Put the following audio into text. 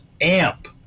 amp